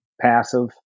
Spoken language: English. passive